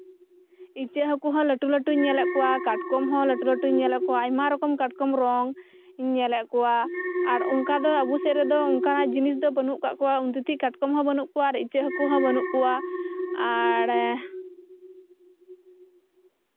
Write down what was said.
ᱤᱪᱟᱹᱜ ᱦᱟᱠᱩ ᱦᱚᱸ ᱞᱟᱴᱩᱼᱞᱟᱴᱩᱧ ᱧᱮᱞᱮᱫ ᱠᱚᱣᱟ ᱠᱟᱴᱠᱚᱢ ᱦᱚᱸ ᱞᱟᱴᱩᱼᱞᱟᱴᱩᱧ ᱧᱮᱞᱮᱫ ᱠᱚᱣᱟ ᱟ ᱢᱟ ᱨᱚᱠᱚᱢ ᱠᱟᱴᱠᱚᱢ ᱨᱚᱝ ᱤᱧᱧᱮᱞᱮᱫ ᱠᱚᱣᱟ ᱟᱨ ᱚᱝᱠᱟ ᱫᱚ ᱟᱵᱚ ᱥᱚᱡ ᱨᱮᱫᱚ ᱚᱝᱠᱟᱱᱟᱜ ᱡᱤᱱᱤᱥ ᱫᱚ ᱵᱟᱱᱩᱜ ᱠᱟᱜ ᱠᱚᱣᱟ ᱟᱨ ᱩᱱ ᱛᱤᱛᱤᱡ ᱠᱟᱴᱠᱚᱢ ᱦᱚᱸ ᱵᱟᱱᱩᱜ ᱠᱟᱣᱟ ᱟᱨ ᱤᱪᱟᱹᱜ ᱦᱟᱠᱩ ᱦᱚᱸ ᱵᱟᱱᱩᱜ ᱠᱚᱣᱟ ᱟᱲ